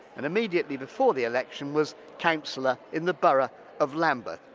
and immediately before the election was councillor in the borough of lambeth,